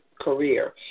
career